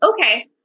okay